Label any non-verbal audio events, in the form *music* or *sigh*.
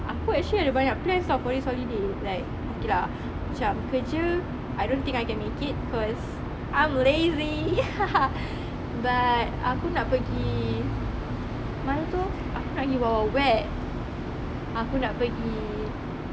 aku actually ada banyak plans [tau] for this holiday like okay lah macam kerja I don't think I can make it cause I'm lazy *laughs* but aku nak pergi mana tu aku nak pergi wild wild wet aku nak pergi